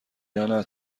یانه